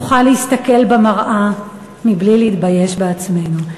נוכל להסתכל במראה בלי להתבייש בעצמנו.